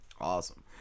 Awesome